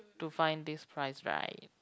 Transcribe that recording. to find this price right